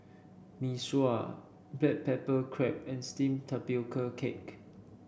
Mee Sua Black Pepper Crab and steamed Tapioca Cake